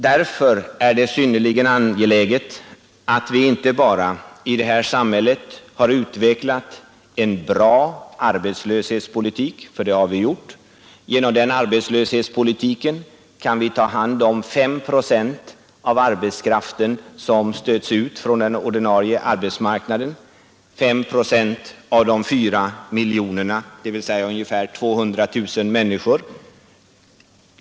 Därför är det synnerligen angeläget att vi inte bara i det här samhället har utvecklat en bra arbetslöshetspolitik — det har vi gjort. Genom den arbetslöshetspolitiken kan vi ta hand om fem procent av den arbetskraft som stöts ut från den ordinarie arbetsmarknaden — fem procent av de fyra miljonerna, dvs. ungefär 200 000 människor.